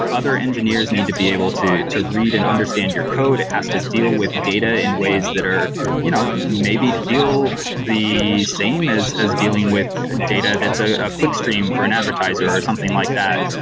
other engineers need to be able to to read and understand your code. it has to deal with data in ways that are you know maybe feel the same as as dealing with data that's a ah click stream for an advertiser or something like that.